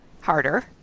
harder